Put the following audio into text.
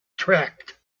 tract